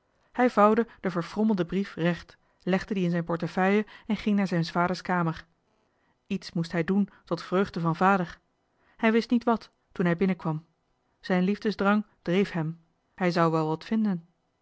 hij vouwde den verfrommelden brief recht legde die in zijn portefeuille en ging naar zijns vaders kamer iets moest hij doen tot vreugde van vader hij wist niet wat toen hij binnenkwam zijn liefdesdrang dreef hem hij zou wel wat vinden